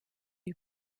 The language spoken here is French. lui